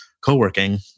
co-working